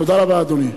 תודה רבה, אדוני.